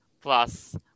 plus